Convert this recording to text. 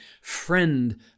friend